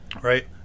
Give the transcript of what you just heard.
Right